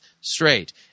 straight